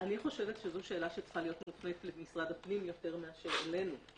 אני חושבת שזו שאלה שצריכה להיות מופנה למשרד הפנים יותר מאשר אלינו.